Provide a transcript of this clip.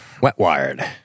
Wet-wired